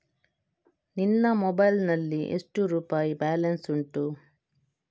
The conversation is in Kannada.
ನಿನ್ನ ಮೊಬೈಲ್ ನಲ್ಲಿ ಎಷ್ಟು ರುಪಾಯಿ ಬ್ಯಾಲೆನ್ಸ್ ಉಂಟು?